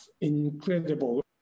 incredible